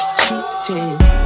cheating